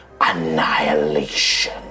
annihilation